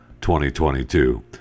2022